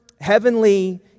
heavenly